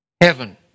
heaven